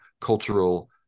cultural